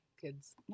kids